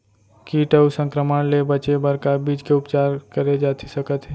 किट अऊ संक्रमण ले बचे बर का बीज के उपचार करे जाथे सकत हे?